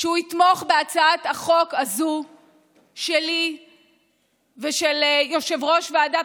שהוא יתמוך בהצעת החוק הזאת שלי ושל יושב-ראש ועדת